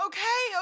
Okay